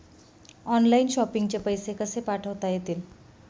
Online shopping चे पैसे कसे पाठवता येतील?